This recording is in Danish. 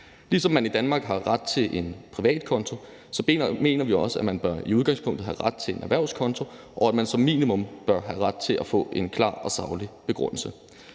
Ligesom man i Danmark har ret til en privat konto, mener vi også, at man i udgangspunktet bør have ret til en erhvervskonto, og at man som minimum bør have ret til at få en klar og saglig begrundelse.